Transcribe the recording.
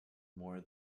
more